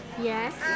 Yes